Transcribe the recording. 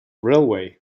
railway